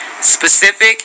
specific